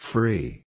Free